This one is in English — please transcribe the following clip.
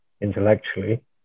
intellectually